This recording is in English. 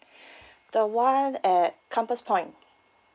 the one at compass point